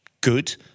good